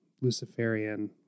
Luciferian